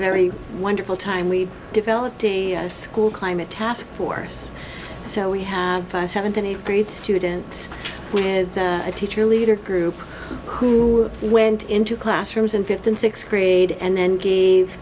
very wonderful time we developed a school climate taskforce so we had five seventh and eighth grade students we had a teacher leader group who went into classrooms in fifth and sixth grade and then gave